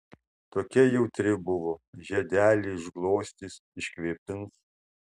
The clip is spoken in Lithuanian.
tokia jautri buvo žiedelį išglostys iškvėpins